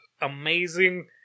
Amazing